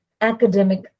academic